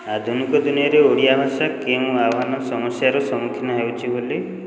ଆଧୁନିକ ଦୁନିଆରେ ଓଡ଼ିଆ ଭାଷା କେଉଁ ଆଗାମୀ ସମସ୍ୟାର ସମ୍ମୁଖୀନ ହେଉଛି ବୋଲି